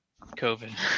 COVID